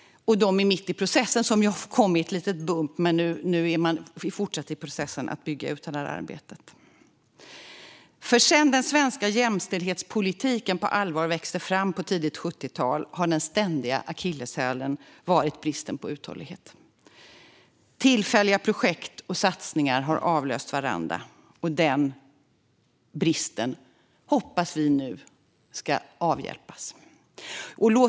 De är mitt i processen med att bygga ut det här arbetet. Det har kommit ett litet "bump", men nu fortsätter processen. Sedan den svenska jämställdhetspolitiken på allvar växte fram under tidigt 1970-tal har den ständiga akilleshälen varit bristen på uthållighet. Tillfälliga projekt och satsningar har avlöst varandra. Den bristen hoppas vi nu ska avhjälpas.